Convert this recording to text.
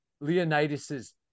Leonidas's